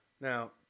Now